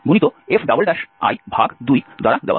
স্বাভাবিকভাবেই আবার x0x1 এর মধ্যে রয়েছে